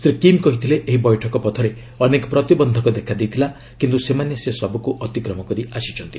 Shri Kim କହିଥିଲେ ଏହି ବୈଠକ ପଥରେ ଅନେକ ପ୍ରତିବନ୍ଧକ ଦେଖାଦେଇଥିଲା କିନ୍ତୁ ସେମାନେ ସେସବୁକୁ ଅତିକ୍ରମ କରି ଆସିଛନ୍ତି